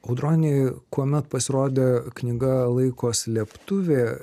audroniui kuomet pasirodė knyga laiko slėptuvė